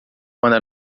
quando